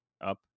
up